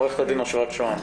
עורכת הדין אשרת שהם,